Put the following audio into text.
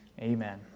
Amen